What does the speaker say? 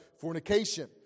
fornication